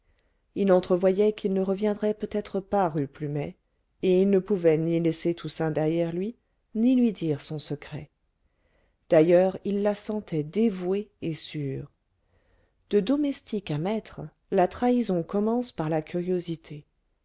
il entrevoyait qu'il ne reviendrait peut-être pas rue plumet et il ne pouvait ni laisser toussaint derrière lui ni lui dire son secret d'ailleurs il la sentait dévouée et sûre de domestique à maître la trahison commence par la curiosité